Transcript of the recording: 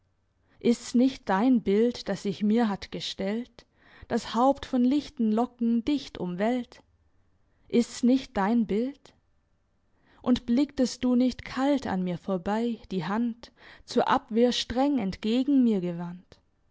ist's nicht dein bild das sich mir hat gestellt das haupt von lichten locken dicht umwellt ist's nicht dein bild und blicktest du nicht kalt an mir vorbei die hand zur abwehr streng entgegen mir gewandt